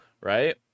right